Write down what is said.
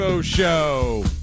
show